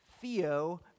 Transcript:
Theo